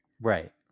Right